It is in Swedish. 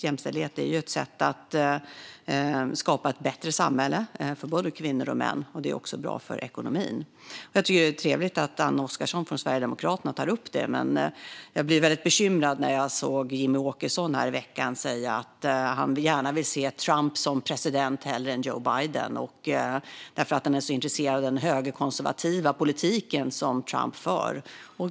Jämställdhet är ett sätt att skapa ett bättre samhälle för både kvinnor och män, och det är också bra för ekonomin. Jag tycker att det är trevligt att Anne Oskarsson från Sverigedemokraterna tar upp detta. Men jag blev bekymrad när jag i veckan hörde Jimmie Åkesson säga att han hellre ser Trump än Joe Biden som president, för han är så intresserad av Trumps högerkonservativa politik.